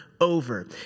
Over